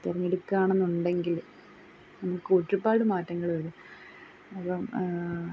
തെരഞ്ഞെടുക്കാണെന്നുണ്ടെങ്കിൽ നമുക്കൊരുപാട് മാറ്റങ്ങൾ വരും അപ്പം